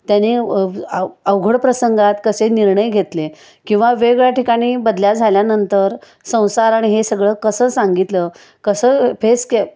त्यानी अव अवघड प्रसंगात कसे निर्णय घेतले किंवा वेगळ्या ठिकाणी बदल्या झाल्यानंतर संसार आणि हे सगळं कसं सांगितलं कसं फेस के